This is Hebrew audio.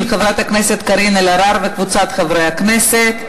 של חברת הכנסת קארין אלהרר וקבוצת חברי הכנסת.